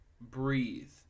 breathe